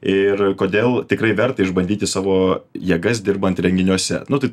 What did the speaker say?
ir kodėl tikrai verta išbandyti savo jėgas dirbant renginiuose nu tai